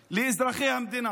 לאזרחי המדינה,